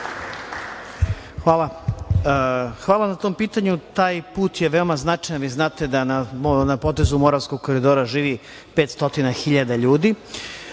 Hvala. Hvala na tom pitanju. Taj put je veoma značajan i vi znate da na potezu Moravskog koridora živi 500 hiljada